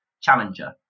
challenger